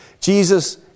Jesus